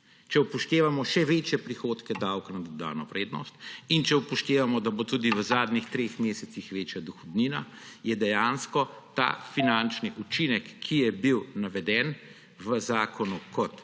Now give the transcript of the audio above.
Če upoštevamo še večje prihodke davka na dodano vrednost in če upoštevamo, da bo tudi v zadnjih treh mesecih večja dohodnina, je dejansko ta finančni učinek, ki je bil naveden v zakonu kot